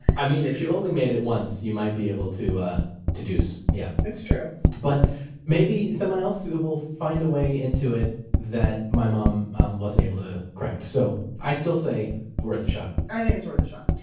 i mean, if she only made it once, you might be able to deduce. yeah it's true but maybe someone else will find a way into it that my mom um wasn't able to crack. so i still say it's worth a shot i think it's worth a shot.